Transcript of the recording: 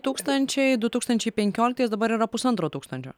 tūkstančiai du tūkstančiai penkioliktais dabar yra pusantro tūkstančio